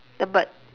the bird